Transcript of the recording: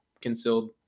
concealed